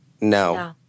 No